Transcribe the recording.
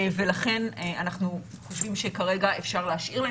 ולכן אנחנו חושבים שכרגע אפשר להשאיר להם